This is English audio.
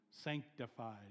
Sanctified